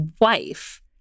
wife